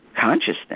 consciousness